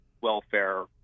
welfare